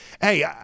hey